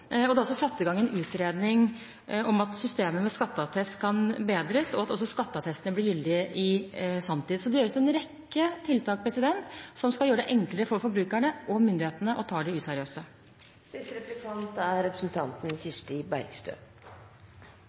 Det er også satt i gang en utredning om at systemet med skatteattest kan bedres, og også at skatteattestene blir gyldige i sanntid. Så det gjøres en rekke tiltak som skal gjøre det enklere for forbrukerne og myndighetene å ta de useriøse.